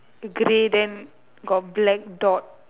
grey then got black dot